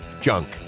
junk